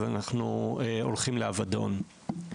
אז אנחנו הולכים לאבדון.